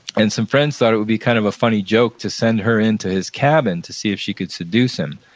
and some friends thought it would be kind of a funny joke to send her into his cabin to see if she could seduce him.